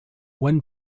when